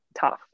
tough